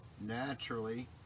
naturally